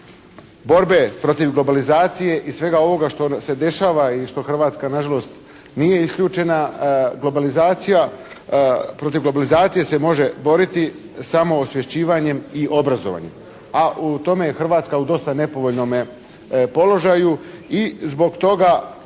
borbe protiv globalizacije i svega ovoga što se dešava i što Hrvatska na žalost nije isključena globalizacija, protiv globalizacije se može boriti samoosvješćivanjem i obrazovanjem, a u tome je Hrvatska u dosta nepovoljnome položaju i zbog toga,